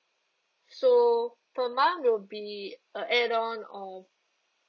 so per month will be a add on of